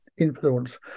Influence